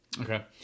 okay